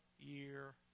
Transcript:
year